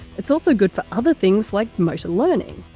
it's also good for other things like motor learning.